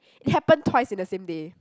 it happened twice in the same day